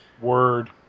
word